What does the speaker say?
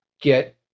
get